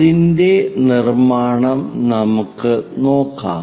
അതിന്റെ നിർമ്മാണം നമുക്ക് നോക്കാം